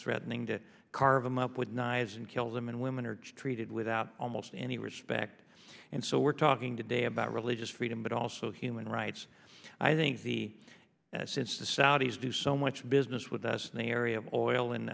threatening to carve them up with knives and kill them and women are treated without almost any respect and so we're talking today about religious freedom but also human rights i think the since the saudis do so much business with us in the area of oil